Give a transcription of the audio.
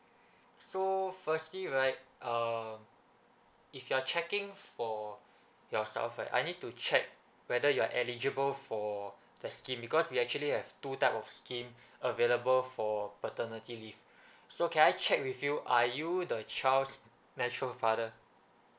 so firstly right uh if you're checking for yourself right I need to check whether you are eligible for the scheme because we actually have two type of scheme available for paternity leave so can I check with you are you the child's natural father